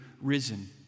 risen